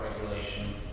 regulation